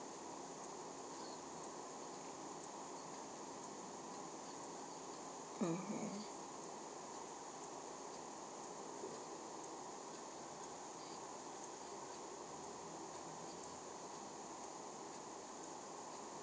mmhmm